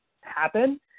happen